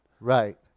Right